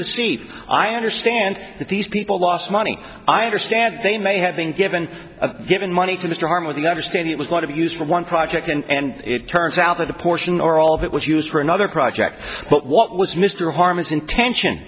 deceive i understand that these people lost money i understand they may have been given given money to start with understand it was going to be used for one project and it turns out that a portion or all of it was used for another project but what was mr harman's intention